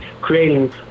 creating